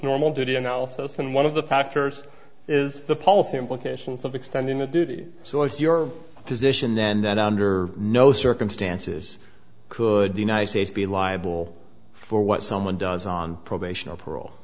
normal duty analysis and one of the factors is the policy implications of extending the duty so is your position and then under no circumstances could the united states be liable for what someone does on probation or parole